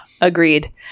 agreed